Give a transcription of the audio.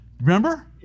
Remember